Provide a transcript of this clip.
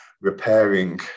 repairing